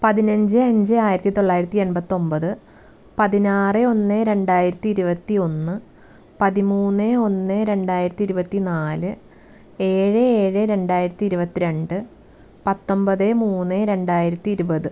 പതിനഞ്ച് അഞ്ച് ആയിരത്തി തൊള്ളായിരത്തി എൺപത്തൊമ്പത് പതിനാറേ ഒന്ന് രണ്ടായിരത്തി ഇരുപത്തി ഒന്ന് പതിമൂന്ന് ഒന്ന് രണ്ടായിരത്തി ഇരുപത്തി നാല് ഏഴ് ഏഴ് രണ്ടായിരത്തി ഇരുപത്തി രണ്ട് പത്തൊൻപത് മൂന്ന് രണ്ടായിരത്തി ഇരുപത്